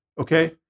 Okay